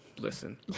listen